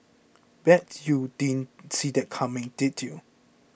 bet you you didn't see that coming did you